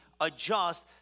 adjust